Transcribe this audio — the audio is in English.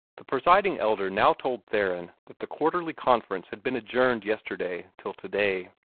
the presiding elder now told theron that the quarterly conference had been adjourned yesterday till today.